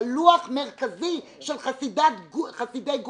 שלוח מרכזי של חסידי גור.